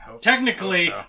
Technically